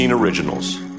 originals